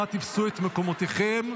אנא תפסו את מקומותיכם.